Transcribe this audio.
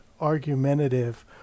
argumentative